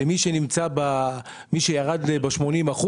למי שירד ב-80%,